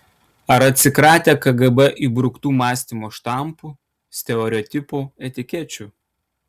ar atsikratę kgb įbruktų mąstymo štampų stereotipų etikečių